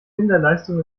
minderleistung